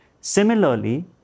Similarly